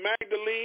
Magdalene